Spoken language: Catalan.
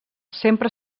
sempre